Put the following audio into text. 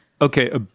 Okay